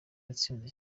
yatsinze